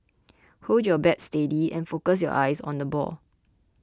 hold your bat steady and focus your eyes on the ball